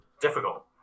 difficult